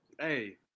Hey